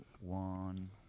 one